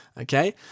okay